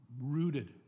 rooted